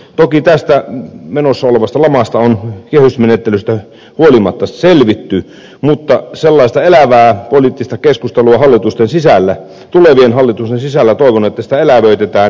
toki tästä menossa olevasta lamasta on kehysmenettelystä huolimatta selvitty mutta toivon että sellaista elävää poliittista keskustelua tulevien hallitusten sisällä elävöitetään